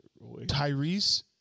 Tyrese